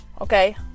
Okay